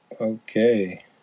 Okay